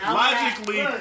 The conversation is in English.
logically